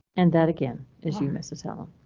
and that again is you miss hotel.